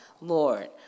Lord